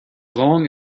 long